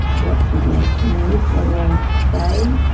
what's my next move? what do i say?